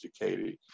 educated